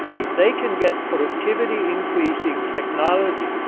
if they can get productivity increasing technology,